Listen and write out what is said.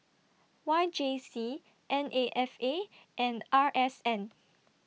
Y J C N A F A and R S N